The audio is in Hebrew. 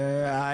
בנוסף,